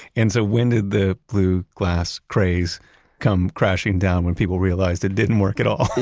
and so, when did the blue class craze come crashing down? when people realized it didn't work at all?